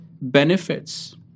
benefits